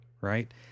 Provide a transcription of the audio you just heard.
right